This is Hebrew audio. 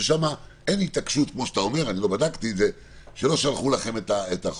שם אין התעקשות כמו שאתה אומר שלא שלחו לכם את החומר.